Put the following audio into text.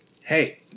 hey